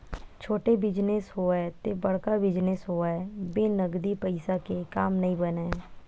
छोटे बिजनेस होवय ते बड़का बिजनेस होवय बिन नगदी पइसा के काम नइ बनय